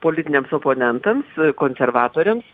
politiniams oponentams konservatoriams